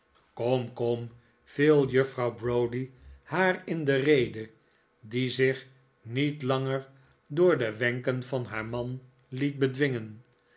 kom kom viel juffrouw browdie haar in de rede die zich niet langer door de een uitbarsting van fanny squeers wenken van haar man liet bedwingen